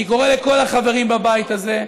אני קורא לכל החברים בבית הזה,